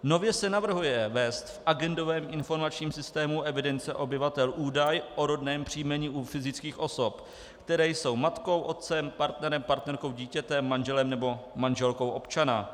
Nově se navrhuje vést v agendovém informačním systému evidence obyvatel údaj o rodném příjmení u fyzických osob, které jsou matkou, otcem, partnerem, partnerkou, dítětem, manželem nebo manželkou občana.